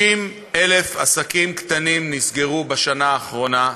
60,000 עסקים קטנים נסגרו בשנה האחרונה,